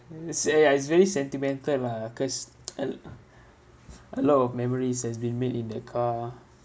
who say ah it's very sentimental lah cause a l~ a lot of memories has been made in that car